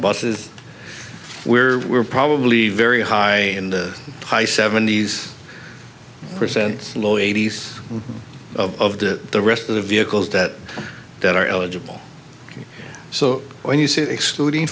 buses we're we're probably very high in the high seventy's percent slow eighty's of the the rest of the vehicles that that are eligible so when you say excluding